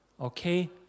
okay